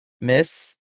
miss